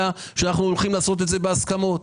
שאנחנו הולכים לעשות את זה בהסכמות.